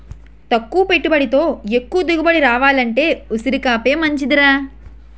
తక్కువ పెట్టుబడితో ఎక్కువ దిగుబడి రావాలంటే ఉసిరికాపే మంచిదిరా